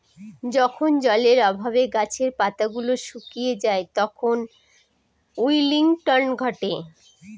যখন জলের অভাবে গাছের পাতা গুলো শুকিয়ে যায় তখন উইল্টিং ঘটে